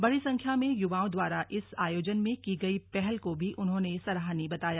बड़ी संख्या में युवाओं द्वारा इस आयोजन में की गई पहल को भी उन्होंने सराहनीय बताया